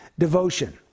Devotion